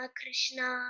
Krishna